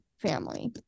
family